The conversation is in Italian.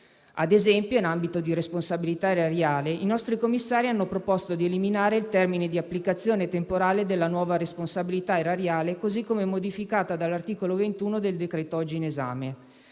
Ad esempio, in ambito di responsabilità erariale, i nostri commissari hanno proposto di eliminare il termine di applicazione temporale della nuova responsabilità erariale, così come modificata dall'articolo 21 del decreto-legge oggi in esame.